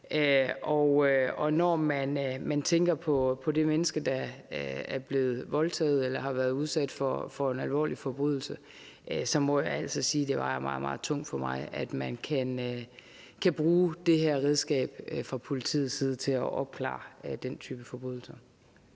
Og når man tænker på det menneske, der er blevet voldtaget eller har været udsat for en alvorlig forbrydelse, så må jeg altså sige, at det vejer meget, meget tungt for mig, at politiet kan bruge det her redskab til at opklare den type forbrydelser.